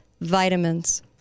vitamins